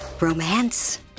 romance